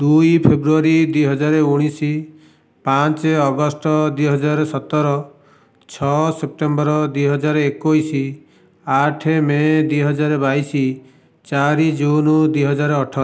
ଦୁଇ ଫେବ୍ରୁଆରୀ ଦୁଇ ହଜାର ଉଣେଇଶ ପାଞ୍ଚ ଅଗଷ୍ଟ ଦୁଇ ହଜାର ସତର ଛଅ ସେପ୍ଟେମ୍ବର ଦୁଇ ହଜାର ଏକୋଇଶ ଆଠ ମେ' ଦୁଇ ହଜାର ବାଇଶ ଚାରି ଜୁନ୍ ଦୁଇ ହଜାର ଅଠର